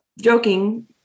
joking